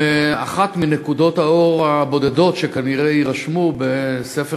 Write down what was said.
זאת אחת מנקודות האור הבודדות שכנראה יירשמו בספר